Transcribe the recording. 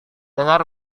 dengar